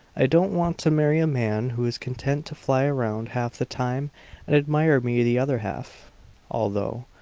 i don't want to marry a man who is content to fly around half the time and admire me the other half although,